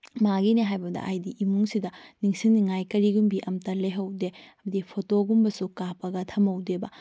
ꯃꯥꯒꯤꯅꯦ ꯍꯥꯏꯕꯗ ꯍꯥꯏꯗꯤ ꯏꯃꯨꯡꯁꯤꯗ ꯅꯤꯡꯁꯤꯡꯅꯤꯉꯥꯏ ꯀꯔꯤꯒꯨꯝꯕꯤ ꯑꯝꯇ ꯂꯩꯍꯧꯗꯦ ꯍꯥꯏꯕꯗꯤ ꯐꯣꯇꯣꯒꯨꯝꯕꯁꯨ ꯀꯥꯞꯄꯒ ꯊꯝꯍꯧꯗꯦꯕ